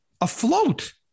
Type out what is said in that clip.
afloat